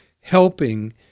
helping